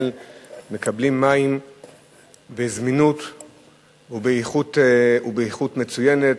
מקבלים מים בזמינות ובאיכות מצוינת.